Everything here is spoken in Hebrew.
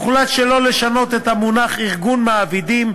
הוחלט שלא לשנות את המונח "ארגון מעבידים",